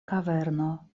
kaverno